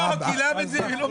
לא, כי ל' זה בירוקרטי.